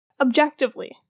objectively